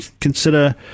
consider